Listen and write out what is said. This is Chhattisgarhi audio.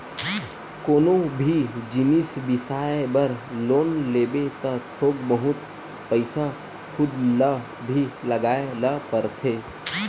कोनो भी जिनिस बिसाए बर लोन लेबे त थोक बहुत पइसा खुद ल भी लगाए ल परथे